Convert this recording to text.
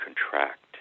contract